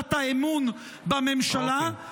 לשאלת האמון בממשלה,